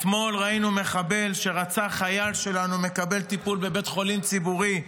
אתמול ראינו מחבל שרצח חייל שלנו מקבל טיפול בבית חולים ציבורי.